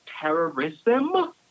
terrorism